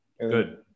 Good